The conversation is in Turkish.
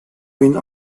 bin